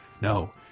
No